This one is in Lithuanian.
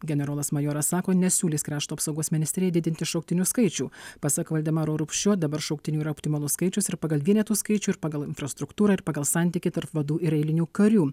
generolas majoras sako nesiūlys krašto apsaugos ministerijai didinti šauktinių skaičių pasak valdemaro rupšio dabar šauktinių yra optimalus skaičius ir pagal vienetų skaičių ir pagal infrastruktūrą ir pagal santykį tarp vadų ir eilinių karių